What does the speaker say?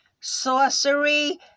sorcery